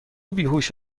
بیهوش